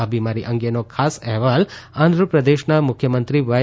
આ બિમારી અંગેનો ખાસ અહેવાલ આંધ્ર પ્રદેશના મુખ્યમંત્રી વાય